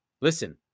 listen